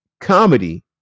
comedy